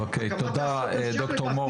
תודה, ד"ר מור.